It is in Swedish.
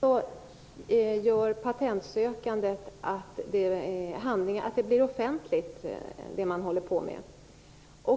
Fru talman! Patentsökandet gör att det man håller på med blir